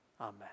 Amen